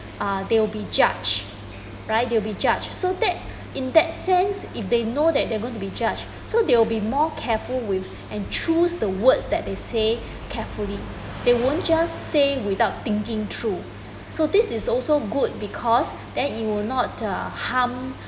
uh they will be judged right they will be judged so that in that sense if they know that they are going to be charged so they will be more careful with and choose the word they say carefully they won't just say without thinking through so this is also good because that it would uh harm